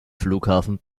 flughafen